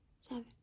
seven